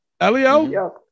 Elio